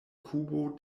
kubo